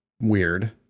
weird